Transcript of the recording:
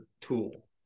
tool